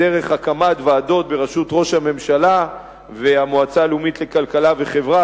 דרך הקמת ועדות בראשות ראש הממשלה והמועצה הלאומית לכלכלה וחברה,